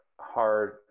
hard